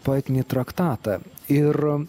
poetinį traktatą ir